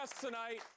tonight